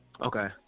Okay